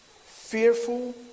Fearful